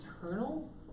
eternal